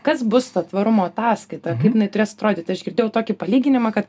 kas bus ta tvarumo ataskaita kaip jinai turės atrodyti aš girdėjau tokį palyginimą kad